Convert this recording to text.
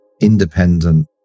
independent